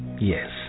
Yes